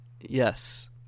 Yes